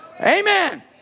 Amen